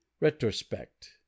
retrospect